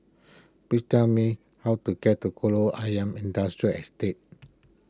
please tell me how to get to Kolam Ayer Industrial Estate